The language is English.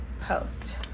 Post